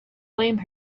blame